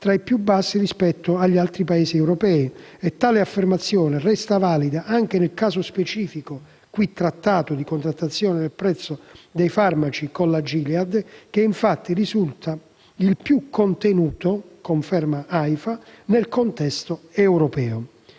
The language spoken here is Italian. capite* più bassi rispetto agli altri Paesi europei; tale affermazione resta valida anche nel caso specifico qui trattato di contrattazione del prezzo dei farmaci con la Gilead, che infatti risulta il più contenuto - conferma AIFA - nel contesto europeo.